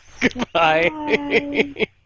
Goodbye